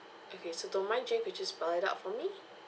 okay so don't mind jane could you spell it out for me